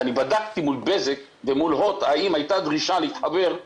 ואני בדקתי מול בזק ומול הוט האם הייתה דרישה להתחבר,